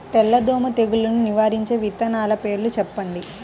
తెల్లదోమ తెగులును నివారించే విత్తనాల పేర్లు చెప్పండి?